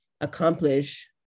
accomplish